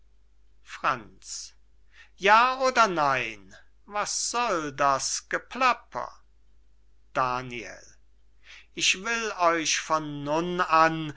franz ja oder nein was soll das geplapper daniel ich will euch von nun an